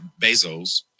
Bezos